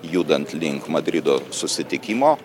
judant link madrido susitikimo